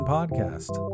Podcast